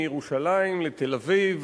מירושלים לתל-אביב,